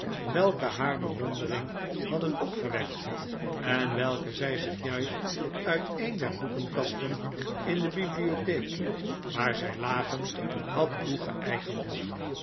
welke haar bewondering hadden opgewekt en welke zij zich juist uit een der boekenkasten in de bibliotheek waar zij lagen had toegeeigend